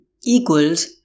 equals